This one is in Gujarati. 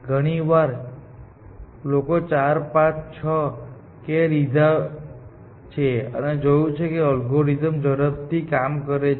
ઘણી વાર લોકો 4 5 6 k લીધા છે અને જોયું છે કે અલ્ગોરિધમ ઝડપથી કામ કરે છે